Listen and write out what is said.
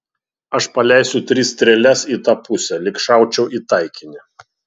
aš paleisiu tris strėles į tą pusę lyg šaučiau į taikinį